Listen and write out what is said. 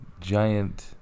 giant